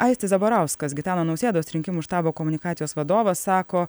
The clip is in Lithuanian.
aistis zabarauskas gitano nausėdos rinkimų štabo komunikacijos vadovas sako